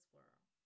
world